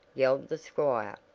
yelled the squire,